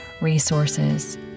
resources